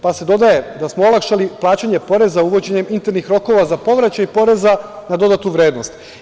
Pa, se dodaje da smo olakšali plaćanje poreza uvođenjem internih rokova za povraćaj poreza na dodatu vrednost.